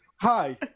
Hi